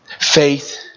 Faith